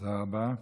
תודה רבה.